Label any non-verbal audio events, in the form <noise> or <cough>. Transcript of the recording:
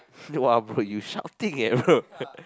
<laughs> !wah! bro you shouting eh bro <laughs>